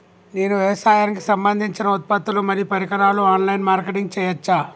నేను వ్యవసాయానికి సంబంధించిన ఉత్పత్తులు మరియు పరికరాలు ఆన్ లైన్ మార్కెటింగ్ చేయచ్చా?